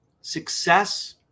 Success